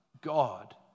God